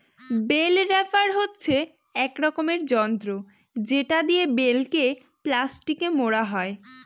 bell wrapper হচ্ছে এক রকমের যন্ত্র যেটা দিয়ে বেল কে প্লাস্টিকে মোড়া হয়